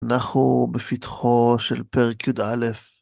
‫אנחנו בפתחו של פרק י"א.